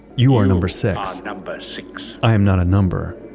you are number six number six i am not a number,